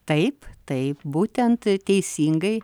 taip taip būtent teisingai